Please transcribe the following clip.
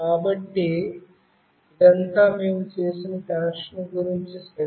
కాబట్టి ఇదంతా మేము చేసిన కనెక్షన్ గురించి సరే